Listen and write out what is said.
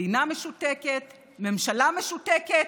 מדינה משותקת, ממשלה משותקת.